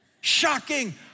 shocking